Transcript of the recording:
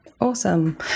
Awesome